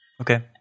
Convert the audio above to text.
Okay